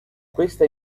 questa